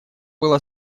было